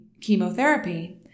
chemotherapy